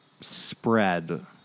spread